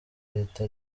leta